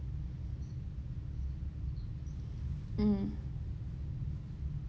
mm